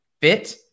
fit